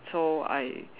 so I